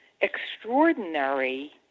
extraordinary